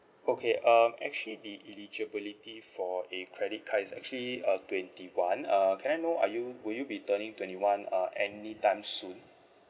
okay um actually the eligibility for a credit card is actually uh twenty one uh can I know are you will you be turning twenty one uh anytime soon